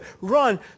run